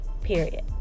period